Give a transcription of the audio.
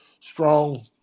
strong